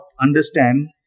understand